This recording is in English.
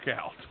out